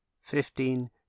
fifteen